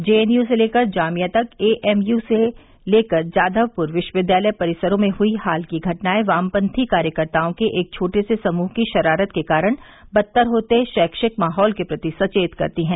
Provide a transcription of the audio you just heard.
JNU से लेकर जामिया तक एएमयू से लेकर जाधवपुर विश्वविद्यालय परिसरों में हुई हाल की घटनाएं वामपंथी कार्यकर्ताओं के एक छोटे से समूह की शरारत के कारण बदतर होते शैक्षिक माहौल के प्रति सचेत करती हैं